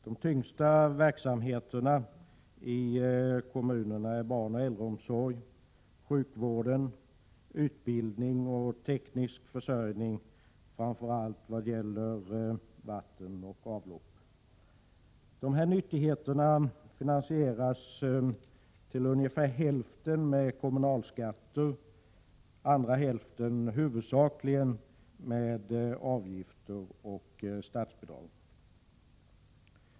De tyngsta verksamheterna i kommunerna är barnoch äldreomsorg, sjukvård, utbildning och teknisk försörjning, framför allt vatten och avlopp. Dessa nyttigheter finansieras till ungefär hälften med kommunalskatter. Andra hälften finansieras huvudsakligen med avgifter och statsbidrag.